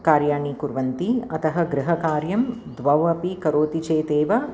कार्याणि कुर्वन्ति अतः गृहकार्यं द्वावपि करोति चेदेव